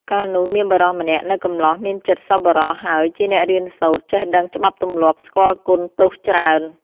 កាលនោះ មានបុរសម្នាក់ នៅកម្លោះ មានចិត្តសប្បុរសហើយជាអ្នករៀនសូត្រ ចេះដឹងច្បាប់ទម្លាប់ស្គាល់គុណទោសច្រើន។